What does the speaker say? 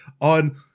on